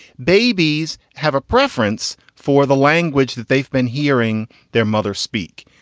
babies have a preference for the language that they've been hearing their mother speak.